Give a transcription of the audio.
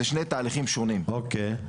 זה שני תהליכים שונים אוקי.